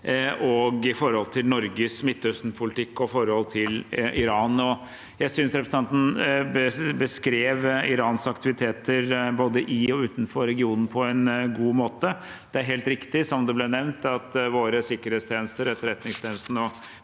og verden og Norges Midtøstenpolitikk overfor Iran. Jeg synes representanten beskrev Irans aktiviteter både i og utenfor regionen på en god måte. Det er helt riktig som det ble nevnt, at våre sikkerhetstjenester, Etterretningstjenesten og